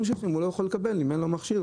שלכם הוא לא יכול לקבל אם אין לו מכשיר.